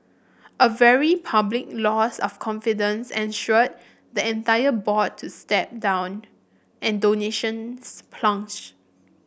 a very public loss of confidence ensued the entire board to stepped down and donations plunged